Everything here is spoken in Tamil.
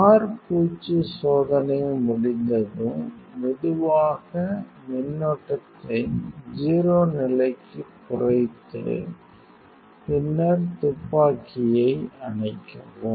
r பூச்சு சோதனை முடிந்ததும் மெதுவாக மின்னோட்டத்தை 0 நிலைக்குக் குறைத்து பின்னர் துப்பாக்கியை அணைக்கவும்